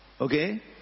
Okay